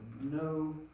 no